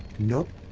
nope,